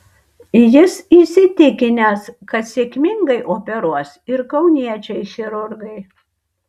jis įsitikinęs kad sėkmingai operuos ir kauniečiai chirurgai